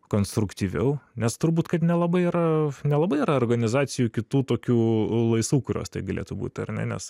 konstruktyviau nes turbūt kad nelabai yra nelabai yra organizacijų kitų tokių laisvų kurios tai galėtų būt ar ne nes